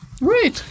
Right